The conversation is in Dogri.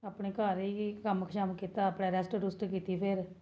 अपने घर रेहियै कम्म शम्म कीता अपने रेस्ट रूस्ट कीती फिर